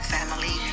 Family